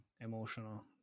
emotional